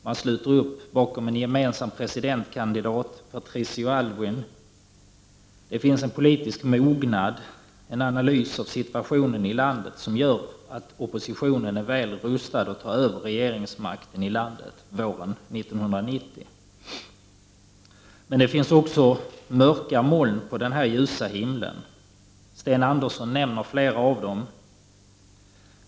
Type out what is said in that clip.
Man sluter upp bakom en gemensam presidentkandidat, Patricio Aylwin, och det finns en politisk mognad, en analys av situationen i landet, som gör att oppositionen är väl rustad att ta över regeringsmakten i landet våren 1990. Men det finns också mörka moln på den ljusa himlen. Sten Andersson nämner flera av dem.